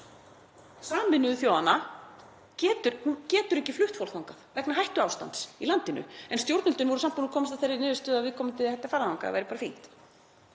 Sameinuðu þjóðanna, getur ekki flutt fólk þangað vegna hættuástands í landinu. En stjórnvöld voru samt búin að komast að þeirri niðurstöðu að viðkomandi ætti að fara þangað, það væri bara fínt.